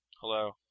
Hello